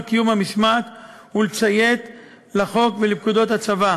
קיום המשמעת ולציית לחוק ולפקודות הצבא,